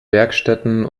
werkstätten